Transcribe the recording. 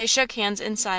they shook hands in silence.